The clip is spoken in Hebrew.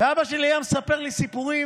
אבא שלי היה מספר לי סיפורים,